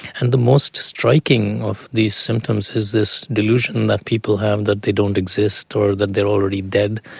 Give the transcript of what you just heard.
and the most striking of these symptoms is this delusion that people have that they don't exist or that they are already dead.